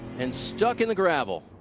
and stuck in the gravel.